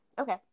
Okay